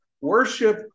worship